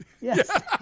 Yes